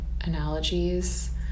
analogies